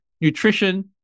nutrition